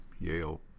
Yale